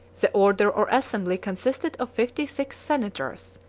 the order or assembly consisted of fifty-six senators,